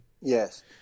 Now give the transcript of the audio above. Yes